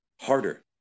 harder